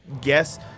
guess